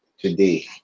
today